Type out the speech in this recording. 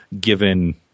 given